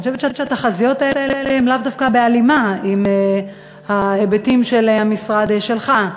אני חושבת שהתחזיות האלה הן לאו דווקא בהלימה עם ההיבטים של המשרד שלך.